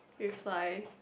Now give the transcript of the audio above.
reply